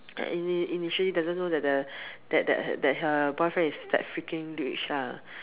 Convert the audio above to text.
ini initially doesn't know that the that that her boyfriend was freaking rich lah